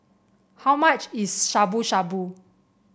how much is Shabu Shabu